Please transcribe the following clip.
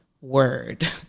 word